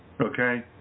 Okay